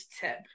tip